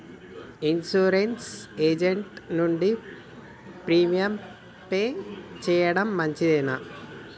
Insurance agent నుండి premium pay చేయడం మంచిదేనా?